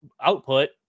output